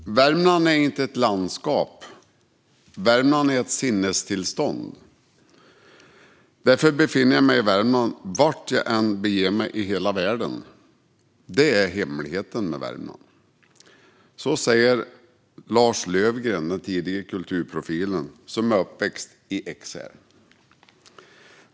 Fru talman! Värmland är inte ett landskap, Värmland är ett sinnestillstånd. Därför befinner jag mig i Värmland vart jag än beger mig i hela världen. Det är hemligheten med Värmland. Detta har den tidigare kulturprofilen Lars Löfgren, som är uppväxt i Ekshärad, sagt.